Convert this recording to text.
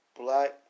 black